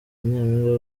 nyampinga